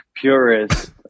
purist